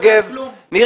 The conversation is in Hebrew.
ניר